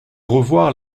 revoir